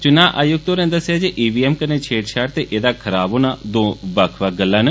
चुनां आयुक्त होरें आक्खेआ जे ई वी एम कन्नै छेड़छाड़ ते ऐह्दा खराब होना दौं बक्ख बक्ख गल्लां न